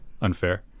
unfair